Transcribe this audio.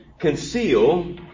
Conceal